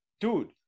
dude